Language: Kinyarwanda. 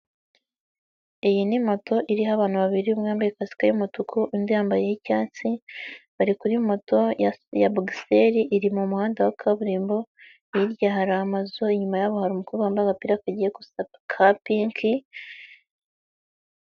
Iyi ni moto iriho abantu babiri, umwe wambaye kasike y'umutuku, undi yambaye iy'icyatsi, bari kuri moto ya bogiseri, iri mu muhanda wa kaburimbo, hirya hari amazu, inyuma yabo hari umukobwa wambaye agapira kagiye gusa ka pinki.